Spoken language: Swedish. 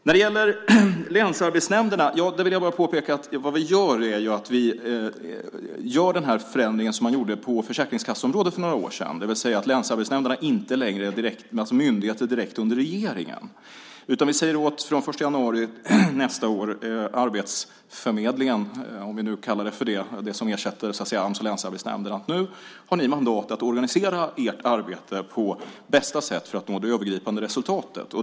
När det gäller länsarbetsnämnderna vill jag bara påpeka att vad vi gör är samma förändring som man gjorde på försäkringskasseområdet för några år sedan, det vill säga att länsarbetsnämnderna inte längre är myndigheter direkt under regeringen. Från den 1 januari nästa år säger vi åt arbetsförmedlingen, om vi nu kallar det som ersätter Ams och länsarbetsnämnderna för det, att de har mandat att organisera sitt arbete på bästa sätt för att nå det övergripande resultatet.